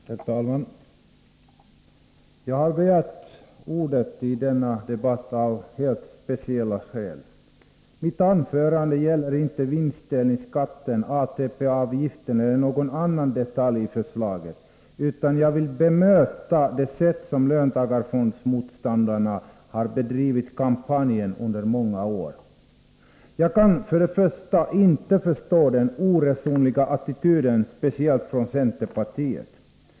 Herr talman! Jag har begärt ordet i denna debatt av helt speciella skäl. Mitt anförande gäller inte vinstdelningsskatten, ATP-avgiften eller någon annan detalj i förslaget, utan jag vill ta upp det sätt som löntagarmotståndarna har bedrivit kampanjen på under många år. Jag kan för det första inte föstå den oresonliga attityden från speciellt centerpartiet.